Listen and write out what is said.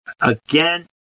again